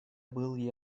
был